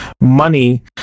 money